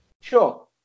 Sure